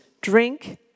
drink